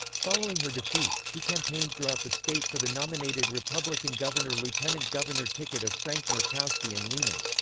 following her defeat, she campaigned throughout the state for the nominated republican governor-lieutenant governor ticket of frank murkowski and leman.